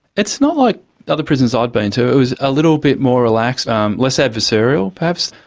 it's not like other prisons i'd been to. it was a little bit more relaxed ah um less adversarial perhaps,